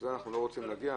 לזה אנחנו לא רוצים להגיע,